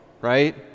right